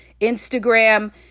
Instagram